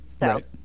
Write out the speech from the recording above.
right